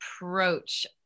approach